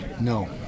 no